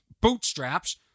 bootstraps